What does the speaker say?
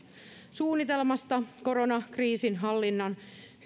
suunnitelmasta koronakriisin hallinnan